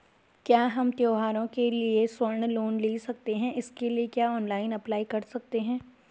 क्या हम त्यौहारों के लिए स्वर्ण लोन ले सकते हैं इसके लिए क्या ऑनलाइन अप्लाई कर सकते हैं?